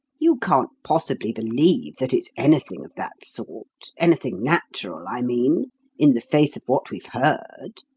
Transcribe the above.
you can't possibly believe that it's anything of that sort anything natural, i mean in the face of what we've heard?